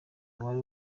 wari